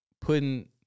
putting